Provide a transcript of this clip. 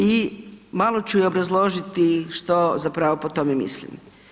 I malo ću i obrazložiti što zapravo po tome mislim.